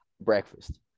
breakfast